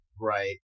right